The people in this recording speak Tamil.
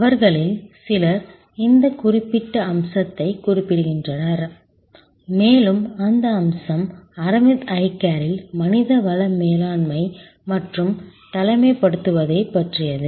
அவர்களில் சிலர் இந்த குறிப்பிட்ட அம்சத்தைக் குறிப்பிடுகின்றனர் மேலும் அந்த அம்சம் அரவிந்த் ஐ கேரில் மனித வள மேலாண்மை மற்றும் தலைமைத்துவத்தைப் பற்றியது